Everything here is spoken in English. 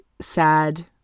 sad